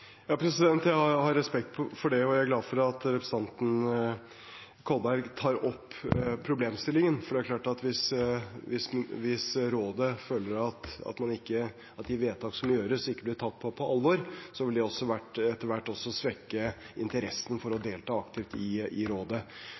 Jeg har respekt for det, og jeg er glad for at representanten Kolberg tar opp problemstillingen. For det er klart at hvis Rådet føler at de vedtak som gjøres, ikke blir tatt på alvor, vil det etter hvert også svekke interessen for å delta aktivt i Rådet. Det betyr ikke nødvendigvis at ethvert vedtak må bli akkurat slik Rådet